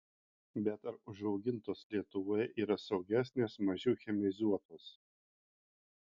bet ar užaugintos lietuvoje yra saugesnės mažiau chemizuotos